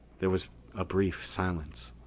there was a brief silence.